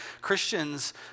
Christians